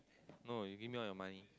no you give me all your money